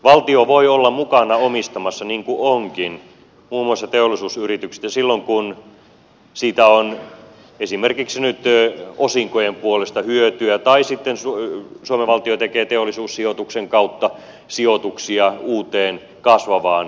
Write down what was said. valtio voi olla mukana omistamassa niin kuin onkin muun muassa teollisuusyrityksiä silloin kun siitä on esimerkiksi nyt osinkojen puolesta hyötyä tai sitten suomen valtio tekee teollisuussijoituksen kautta sijoituksia uuteen kasvavaan yritystoimintaan